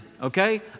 okay